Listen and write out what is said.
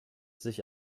sich